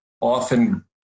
often